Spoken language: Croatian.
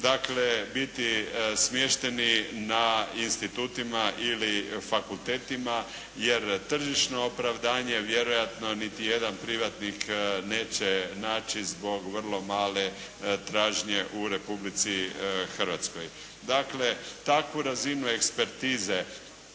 dakle biti smješteni na institutima ili fakultetima, jer tržišno opravdanje vjerojatno niti jedan privatnik neće naći zbog vrlo male tražnje u Republici Hrvatskoj. Dakle, takvu razinu ekspertize